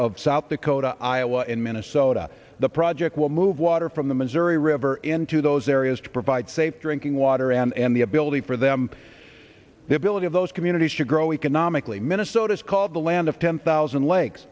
of south dakota iowa and minnesota the project will move water from the missouri river into those areas to provide safe drinking water and the ability for them the ability of those communities to grow economically minnesota's called the land of ten thousand lakes